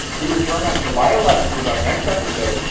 we return on july eleventh with our next episode,